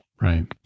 Right